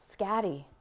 scatty